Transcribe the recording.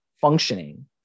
functioning